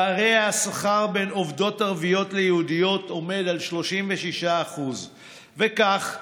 פערי השכר בין עובדות ערביות ליהודיות עומד על 36%. וכך,